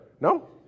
No